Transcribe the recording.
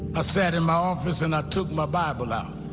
ah sat in my office and i took my bible out.